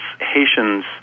Haitians